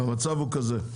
המצב הוא כזה,